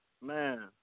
man